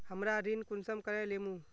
हमरा ऋण कुंसम करे लेमु?